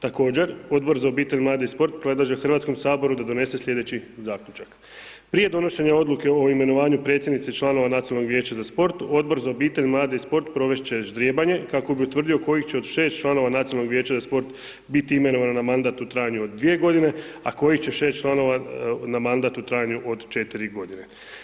Također, Odbor za obitelj, mlade i sport predlaže HS-u da donese sljedeći zaključak, prije donošenja odluke o imenovanju predsjednice članova Nacionalnog vijeća za sport, Odbora za obitelj, mlade i sport, provest će ždrijebanje, kako bi utvrdio kojih će od 5 članova Nacionalnog vijeća za sport biti imenovan na mandat u trajanju od 2 godine, a kojih će 6 članova na mandat u trajanju od 4 godine.